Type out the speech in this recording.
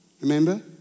Remember